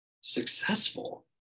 successful